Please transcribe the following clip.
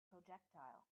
projectile